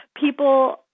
people